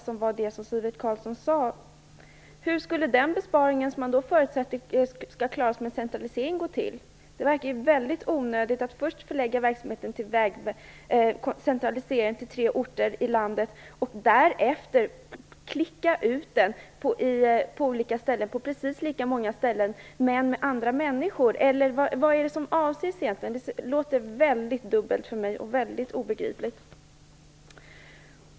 Det var det Sivert Carlsson sade. Hur skulle då den besparing som man förutsätter skall klaras med centralisering gå till? Det verkar väldigt onödigt att först centralisera verksamheten till tre orter i landet och därefter klicka ut den på precis lika många ställen som i dag, men anställa andra människor. Vad är det som avses egentligen? Det låter väldigt dubbelt och väldigt obegripligt för mig.